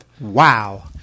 Wow